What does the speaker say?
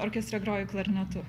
orkestre groju klarnetu